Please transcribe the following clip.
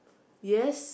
yes